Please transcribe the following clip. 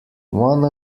one